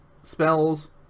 Spells